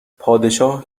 پادشاه